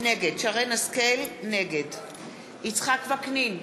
נגד יצחק וקנין,